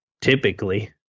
typically